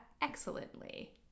excellently